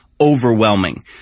overwhelming